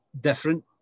different